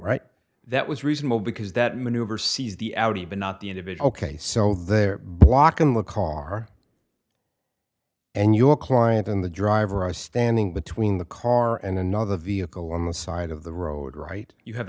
right that was reasonable because that maneuver sees the audi but not the end of it ok so they're blocking the car and your client and the driver are standing between the car and another vehicle on the side of the road right you have